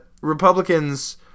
Republicans